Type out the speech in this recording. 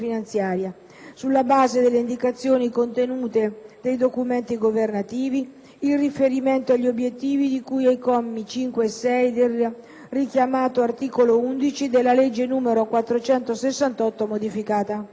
sulla base delle indicazioni contenute nei documenti governativi, in riferimento agli obiettivi di cui ai commi 5 e 6 del richiamato articolo 11 della legge n. 468 modificata».